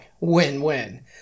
Win-win